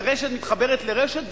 ורשת מתחברת לרשת,